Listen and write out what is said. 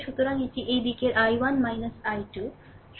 সুতরাং এটি এই দিকের I1 I2